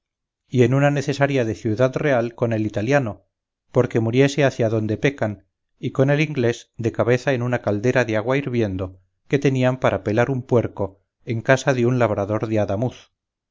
y en una necesaria de ciudad real con el italiano porque muriese hacia donde pecan y con el inglés de cabeza en una caldera de agua hirviendo que tenían para pelar un puerco en casa de un labrador de adamuz y